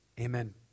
amen